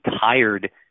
tired